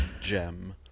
gem